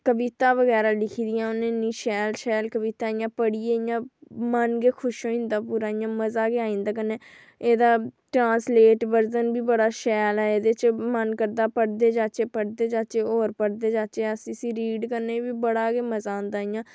कविता बगैरा उ'नें लिखी दिंया इन्नियां शैल शैल कविता इ'यां पढ़ियै मन गे खुश होई जंदा मजा गै आई जंदा एह्दा ट्रासलेट वर्जन बड़ा शैल ते मन करदा ऐ पढ़दे जाचै अस पर रीड करने दा बी बड़ा गै मजा औंदा ऐ